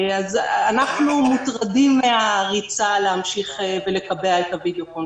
אנחנו מוטרדים מהריצה להמשיך ולקבע את הווידיאו-קונפרנס.